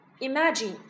Imagine